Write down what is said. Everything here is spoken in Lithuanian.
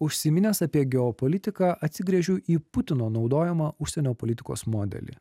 užsiminęs apie geopolitiką atsigręžiu į putino naudojamą užsienio politikos modelį